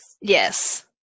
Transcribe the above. Yes